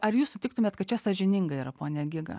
ar jūs sutiktumėt kad čia sąžininga yra pone giga